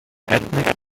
ethnic